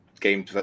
game